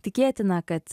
tikėtina kad